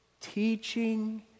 Teaching